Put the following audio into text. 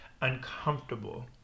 uncomfortable